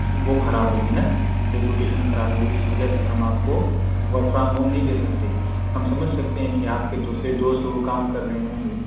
وہ خراب ہوگی نا ریپوٹیشن خراب ہوگی اس وجہ سے ہم آپ کو ورک فرام ہوم نہیں دے سکتے ہم سمجھ سکتے ہیں کہ آپ کے دوسرے دوست وہ کام کر رہے ہوں گے